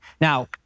Now